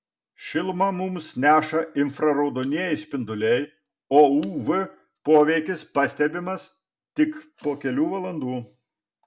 šilumą mums neša infraraudonieji spinduliai o uv poveikis pastebimas tik po kelių valandų